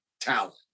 talent